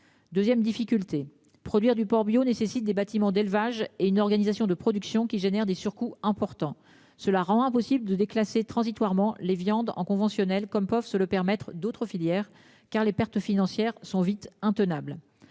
2ème difficulté produire du porc bio nécessite des bâtiments d'élevage et une organisation de production qui génère des surcoûts importants. Cela rend impossible de déclasser transitoirement les viandes en conventionnel, comme peuvent se le permettre d'autres filières car les pertes financières sont vite intenable.